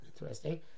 interesting